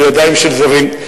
לידיים של זרים,